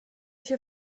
się